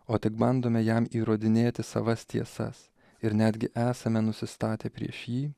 o tik bandome jam įrodinėti savas tiesas ir netgi esame nusistatę prieš jį